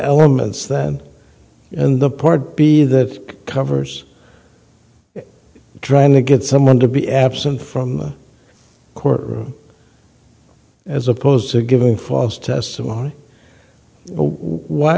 elements that in the part b that covers trying to get someone to be absent from the court room as opposed to giving false testimony why